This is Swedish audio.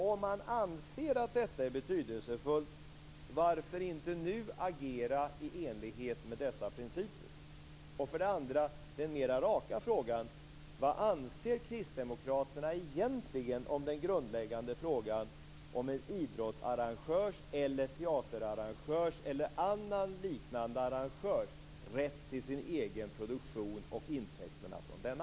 Om man anser att detta är betydelsefullt, varför inte nu agera i enlighet med dessa principer? Vad anser Kristdemokraterna egentligen om den grundläggande frågan om en idrottsarrangörs, teaterarrangörs eller annan liknande arrangörs rätt till sin egen produktion och intäkterna från denna?